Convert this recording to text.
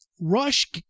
Rush